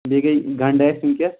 بیٚیہِ گٔے گَنڈٕ اَسہِ وٕنۍکٮ۪س